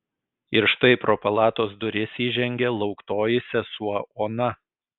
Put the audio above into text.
ir štai pro palatos duris įžengė lauktoji sesuo ona